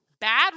Bad